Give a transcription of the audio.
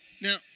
Now